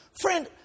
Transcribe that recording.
Friend